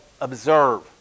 observe